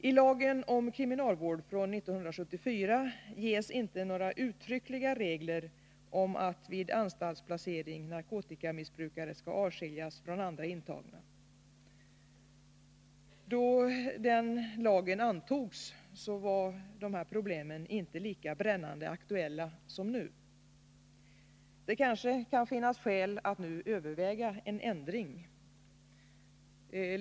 Tlagen om kriminalvård från 1974 finns det inte några uttryckliga regler om att narkotikamissbrukare vid anstaltsplacering skall avskiljas från andra intagna. Då den lagen antogs var problem av detta slag inte lika brännande aktuella som nu. Det kan finnas skäl att nu överväga en ändring av lagen.